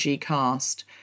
cast